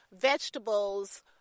vegetables